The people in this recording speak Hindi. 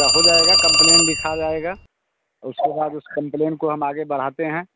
त हो जाएगा कंप्लेन लिखा जाएगा उसके बाद उस कंप्लेन को हम आगे बढ़ते हैं